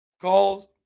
calls